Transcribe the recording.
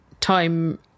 time